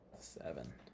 Seven